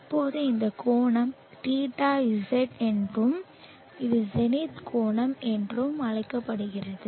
இப்போது இந்த கோணம் θz என்றும் இது ஜெனித் கோணம் என்றும் அழைக்கப்படுகிறது